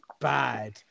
bad